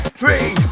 three